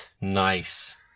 nice